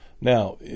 Now